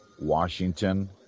Washington